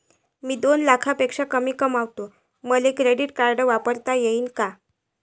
मी दोन लाखापेक्षा कमी कमावतो, मले क्रेडिट कार्ड वापरता येईन का?